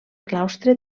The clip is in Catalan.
claustre